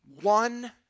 one